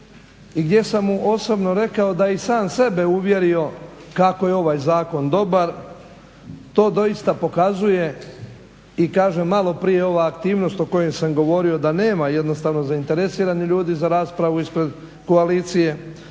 i gdje sam mu osobno rekao da je i sam sebe uvjerio kako je ovaj zakon dobar to doista pokazuje i kaže maloprije ova aktivnost o kojoj sam govorio da nema jednostavno zainteresiranih ljudi za raspravu ispred koalicije